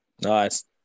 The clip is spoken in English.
Nice